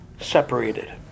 separated